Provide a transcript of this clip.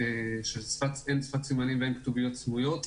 הן של שפת סימנים והן כתוביות סמויות,